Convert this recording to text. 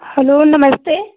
hello नमस्ते